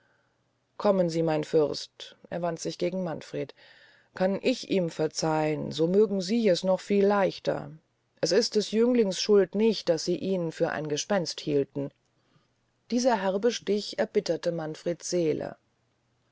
kommen sie mein fürst er wandte sich gegen manfred kann ich ihm verzeihen so mögen sie es noch viel leichter es ist des jünglings schuld nicht daß sie ihn für ein gespenst hielten dieser herbe stich erbitterte manfreds seele